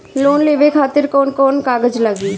Loan लेवे खातिर कौन कौन कागज लागी?